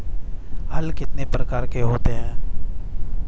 हल कितने प्रकार के होते हैं?